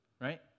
Right